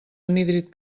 anhídrid